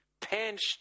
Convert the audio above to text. Pinched